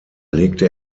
legte